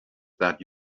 that